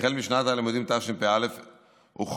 החל משנת הלימודים תשפ"א הוחלו